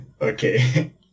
Okay